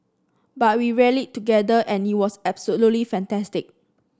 but we rallied together and it was absolutely fantastic